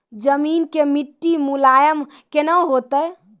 जमीन के मिट्टी मुलायम केना होतै?